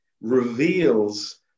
reveals